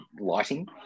lighting